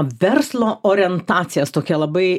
verslo orientacijas tokia labai